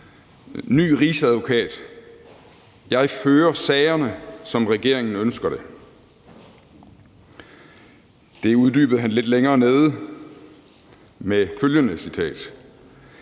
»Ny rigsadvokat: Jeg fører sagerne, som regeringen ønsker det«. Det uddybede han lidt længere nede med følgende citat: